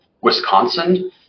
Wisconsin